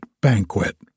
banquet